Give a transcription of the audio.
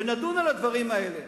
ונדון על הדברים האלה.